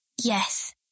Yes